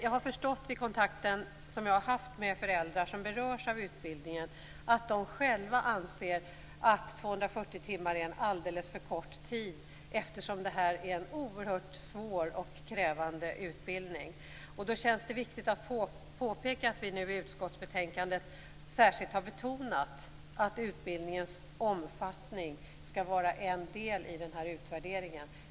Av kontakter jag haft med föräldrar som berörs av utbildningen har jag förstått att de själva anser att 240 timmar är en alldeles för kort tid. Detta är en oerhört svår och krävande utbildning. Därför känns det viktigt att påpeka att vi nu i utskottsbetänkandet särskilt har betonat att utbildningens omfattning skall vara en del av utvärderingen.